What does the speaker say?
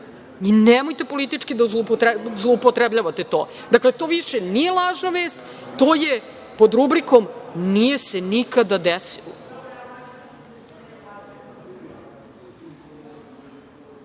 i nemojte politički da zloupotrebljavate to. Dakle, to više nije lažna vest, to je pod rubrikom – nije se nikada desilo. Sada